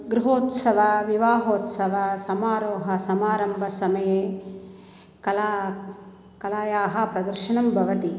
गृहोत्सवाः विवाहोत्सवाः समारोह समारम्भसमये कला कलायाः प्रदर्शनं भवति